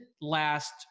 last